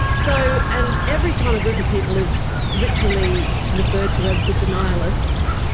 so and every time a group of people is ritually referred to as the denialists,